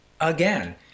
again